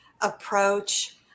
approach